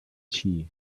tea